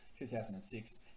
2006